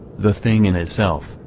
the thing in itself,